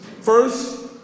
First